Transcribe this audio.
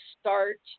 start –